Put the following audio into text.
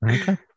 Okay